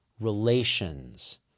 relations